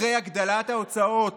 אחרי הגדלת ההוצאות